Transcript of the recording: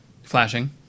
Flashing